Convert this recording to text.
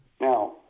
Now